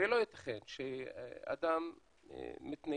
הרי לא ייתכן שאדם מתנייד